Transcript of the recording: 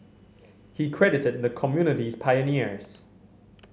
he credited the community's pioneers